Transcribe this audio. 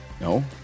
No